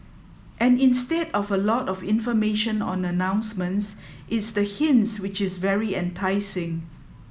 and instead of a lot of information on announcements it's the hints which is very enticing